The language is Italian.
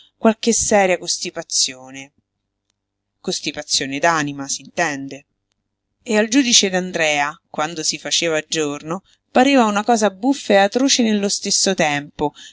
qualche seria costipazione costipazione d'anima s'intende e al giudice d'andrea quando si faceva giorno pareva una cosa buffa e atroce nello stesso tempo